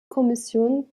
kommission